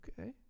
Okay